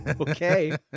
Okay